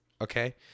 okay